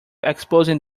exposing